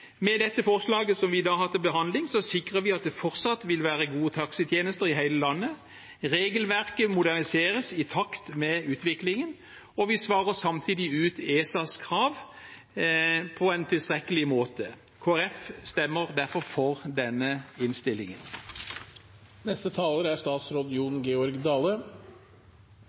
Med dette forslaget som vi i dag har til behandling, sikrer vi at det fortsatt vil være gode taxitjenester i hele landet. Regelverket moderniseres i takt med utviklingen, og vi svarer samtidig ut ESAs krav på en tilstrekkelig måte. Kristelig Folkeparti stemmer derfor for denne innstillingen. Det er